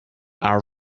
our